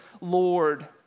Lord